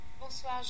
Bonsoir